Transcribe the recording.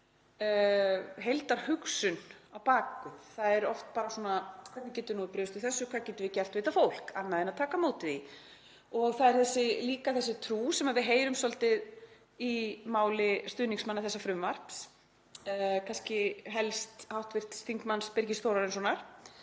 heildarhugsun á bak við, það er oft bara svona: Hvernig getum við brugðist við þessu? Hvað getum við gert við þetta fólk annað en að taka á móti því? Og það er líka þessi trú sem við heyrum svolítið í máli stuðningsmanna þessa frumvarps, kannski helst hv. þm. Birgis Þórarinssonar,